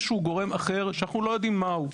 שהוא גורם אחר שאנחנו לא יודעים מהו.